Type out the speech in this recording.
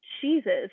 Jesus